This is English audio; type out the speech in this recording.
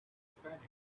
spanish